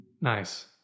Nice